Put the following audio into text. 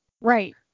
Right